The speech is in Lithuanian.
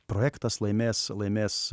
projektas laimės laimės